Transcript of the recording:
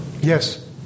Yes